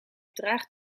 draagt